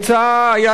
סגן שר החוץ,